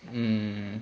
mm